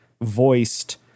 voiced